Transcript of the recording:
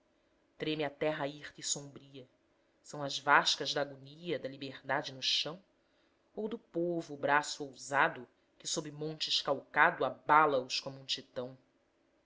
treme a terra hirta e sombria são as vascas da agonia da liberdade no chão ou do povo o braço ousado que sob montes calcado abala os como um titão